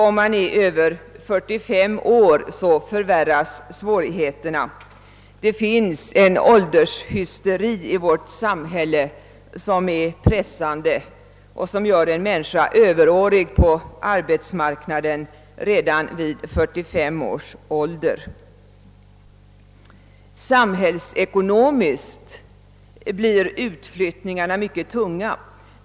Om man är över 45 år förvärras svårigheterna. Det råder en pressande åldershysteri i vårt samhälle: en människa anses över årig på arbetsmarknaden redan vid 45 års ålder. Samhällsekonomiskt sett blir utflyttningarna mycket tunga.